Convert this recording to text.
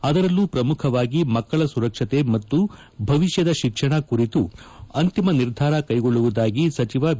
ಆದರಲ್ಲೂ ಪ್ರಮುಖವಾಗಿ ಮಕ್ಕಳ ಸುರಕ್ಷತೆ ಮತ್ತು ಭವಿಷ್ಣದ ಶಿಕ್ಷಣ ಕುರಿತು ಅಂತಿಮ ನಿರ್ಧಾರ ಕೈಗೊಳ್ಳುವುದಾಗಿ ಸಚಿವ ಬಿ